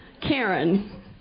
Karen